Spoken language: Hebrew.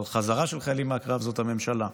על חזרה של חיילים מהקרב, זו הממשלה.